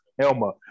Helma